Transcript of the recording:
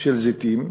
של זיתים.